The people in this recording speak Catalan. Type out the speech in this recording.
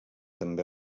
també